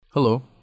Hello